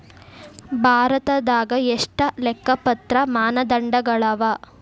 ಭಾರತದಾಗ ಎಷ್ಟ ಲೆಕ್ಕಪತ್ರ ಮಾನದಂಡಗಳವ?